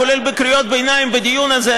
כולל בקריאות ביניים בדיון הזה,